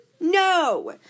No